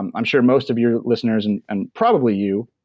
i'm i'm sure most of your listeners and and probably you,